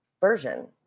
version